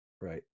Right